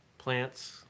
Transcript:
Plants